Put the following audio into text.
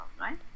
right